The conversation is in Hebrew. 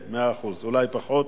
מאה אחוז, אולי פחות.